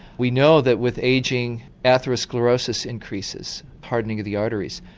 we know that with ageing atherosclerosis increases, hardening of the arteries.